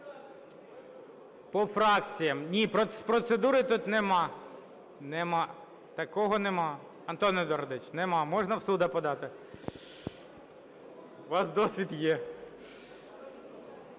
По фракціям. Ні, з процедури тут немає. Немає. Такого немає. Антоне Едуардовичу, немає. Можна в суд подати, у вас досвід є.